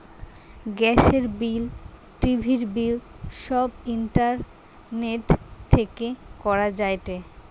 গ্যাসের বিল, টিভির বিল সব ইন্টারনেট থেকে করা যায়টে